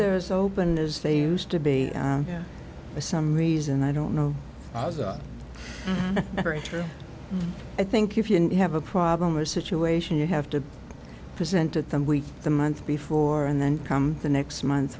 there's open as they used to be some reason i don't know i was up for it or i think if you have a problem or situation you have to present at them week the month before and then come the next month